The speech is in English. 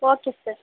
okay sir